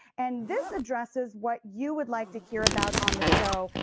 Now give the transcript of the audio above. and this addresses what you would like to hear about on the show.